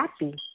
happy